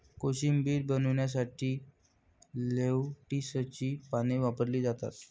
कोशिंबीर बनवण्यासाठी लेट्युसची पाने वापरली जातात